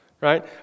right